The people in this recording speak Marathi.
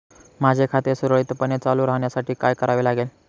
माझे खाते सुरळीतपणे चालू राहण्यासाठी काय करावे लागेल?